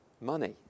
money